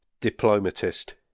Diplomatist